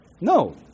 No